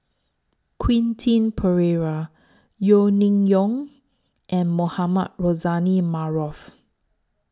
Quentin Pereira Yeo Ning Yong and Mohamed Rozani Maarof